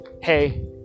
hey